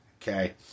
Okay